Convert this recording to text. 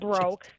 broke